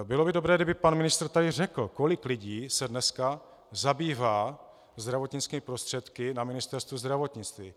Bylo by dobré, kdyby pan ministr tady řekl, kolik lidí se dneska zabývá zdravotnickými prostředky na Ministerstvu zdravotnictví.